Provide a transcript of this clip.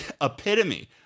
epitome